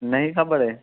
નથી ખબર એ